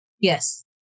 Yes